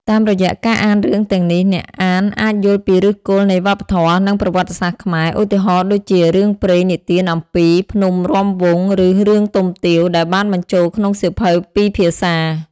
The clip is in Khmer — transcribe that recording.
តាមរយៈការអានរឿងទាំងនេះ អ្នកអានអាចយល់ពីឫសគល់នៃវប្បធម៌ និងប្រវត្តិសាស្ត្រខ្មែរ។ ឧទាហរណ៍ដូចជា រឿងព្រេងនិទានអំពី ភ្នំរាំវង់ ឬ រឿងទុំទាវ ដែលបានបញ្ចូលក្នុងសៀវភៅពីរភាសា។